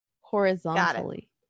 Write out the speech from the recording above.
Horizontally